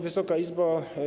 Wysoka Izbo!